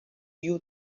you